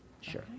Sure